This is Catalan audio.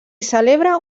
celebra